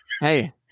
Hey